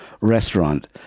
restaurant